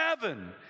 heaven